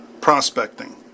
prospecting